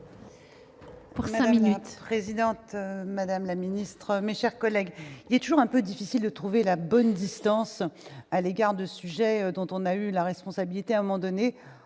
Madame la présidente, madame la ministre, mes chers collègues, il est toujours un peu difficile de trouver la bonne distance à l'égard de sujets dont on a eu la responsabilité, entre une